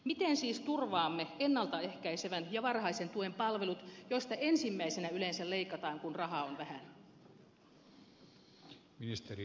miten siis turvaamme ennalta ehkäisevän ja varhaisen tuen palvelut joista ensimmäisenä yleensä leikataan kun rahaa on vähän